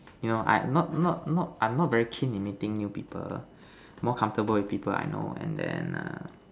you know I not not not I'm not very keen in meeting new people more comfortable with people I know and then err